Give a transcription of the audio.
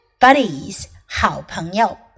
buddies,好朋友